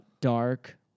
dark